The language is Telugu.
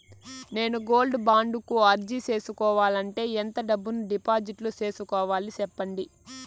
నేను గోల్డ్ బాండు కు అర్జీ సేసుకోవాలంటే ఎంత డబ్బును డిపాజిట్లు సేసుకోవాలి సెప్పండి